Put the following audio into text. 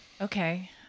Okay